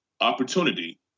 opportunity